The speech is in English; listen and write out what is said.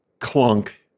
clunk